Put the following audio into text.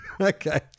okay